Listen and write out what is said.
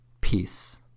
Peace